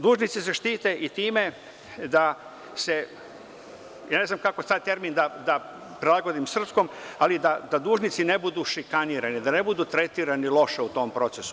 Dužnici se štite i time, ne znam kako taj termin da prilagodim srpskom, ali da dužnici ne budu šikarni, da ne budu tretirani loše u tom procesu.